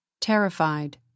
Terrified